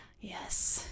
Yes